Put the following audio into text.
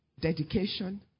dedication